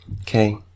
Okay